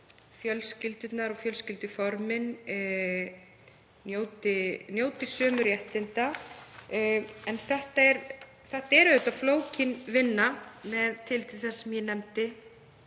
fjölskyldur og fjölskylduform njóta sömu réttinda. En þetta er auðvitað flókin vinna með tilliti til þess sem ég nefndi,